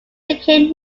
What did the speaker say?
became